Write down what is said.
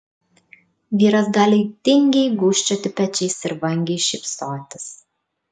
vyras gali tingiai gūžčioti pečiais ir vangiai šypsotis